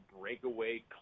breakaway